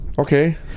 Okay